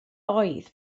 oedd